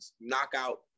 knockout